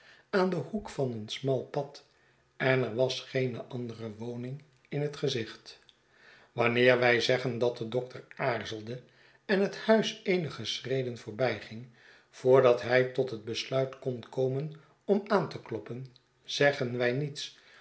aan den hoek van een smal pad en er was geene andere woning in het gezicht wanneer wij zeggen dat de dokter aarzelde en het huis eenige schreden voorbijging voordat hij tot het besluit kon komen om aan te kloppen zeggen wij niets